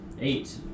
Eight